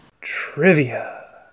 Trivia